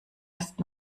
erst